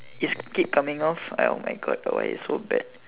is keep coming off oh my God the wire is so bad